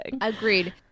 Agreed